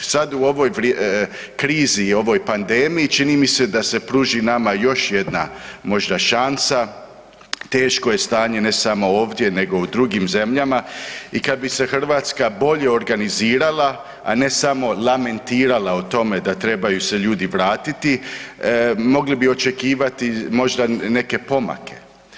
Sad u ovoj krizi i ovoj pandemiji čini mi se da se pruži nama još jedna možda šansa, teško je stanje ne samo ovdje nego i u drugim zemljama i kad bi se Hrvatska bolje organizirala, a ne samo lamentirala o tome da trebaju se ljudi vratiti mogli bi očekivati možda neke pomake.